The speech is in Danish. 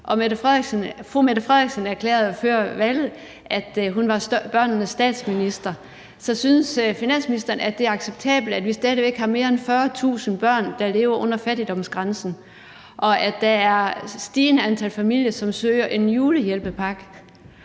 Fru Mette Frederiksen erklærede før valget, at hun var børnenes statsminister. Så synes finansministeren, at det er acceptabelt, at vi stadig væk har mere end 40.000 børn, der lever under fattigdomsgrænsen, og at der er et stigende antal familier, som søger julehjælp,